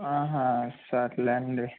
ఆహ సర్లేండి